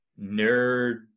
nerd